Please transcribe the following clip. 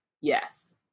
Yes